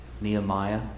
Nehemiah